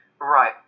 Right